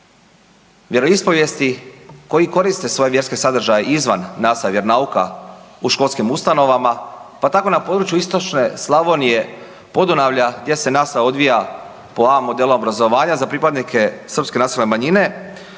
vjeroispovijesti koji koriste svoje vjerske sadržaje izvan nastave vjeronauka u školskim ustanovama, pa tako na području istočne Slavnije, Podunavlja gdje se nastava odvija po A modelu obrazovanja za pripadnike srpske nacionalne manjine